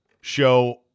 show